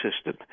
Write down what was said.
system